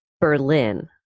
Berlin